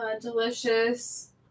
delicious